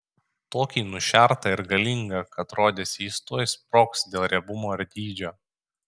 tokį nušertą ir galingą kad rodėsi jis tuoj sprogs dėl riebumo ir dydžio